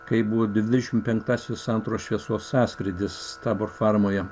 kai buvo dvidešimt penktasis santaros šviesos sąskrydis stabor farmoje